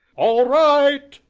all right!